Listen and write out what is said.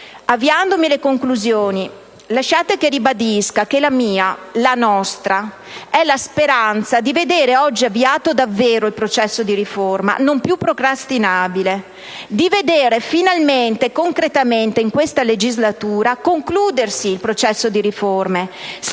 Avviandomi alle conclusioni, lasciate che ribadisca che la mia - la nostra - è la speranza di vedere oggi avviato davvero il processo di riforma, non più procrastinabile; di vedere, finalmente e concretamente, concludersi in questa legislatura il processo di riforme. È una